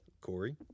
Corey